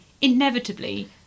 inevitably